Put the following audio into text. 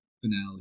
finale